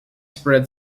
spread